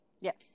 Yes